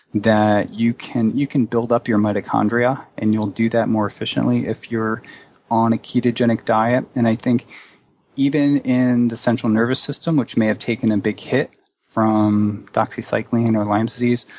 that you can you can build up your mitochondria, and you'll do that more efficiently if you're on a ketogenic diet. and i think even in the central nervous system, which may have taken a big hit from doxycycline or lyme disease,